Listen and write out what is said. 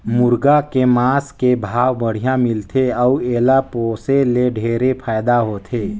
मुरगा के मांस के भाव बड़िहा मिलथे अउ एला पोसे ले ढेरे फायदा होथे